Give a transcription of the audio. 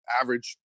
average